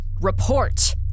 report